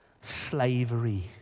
slavery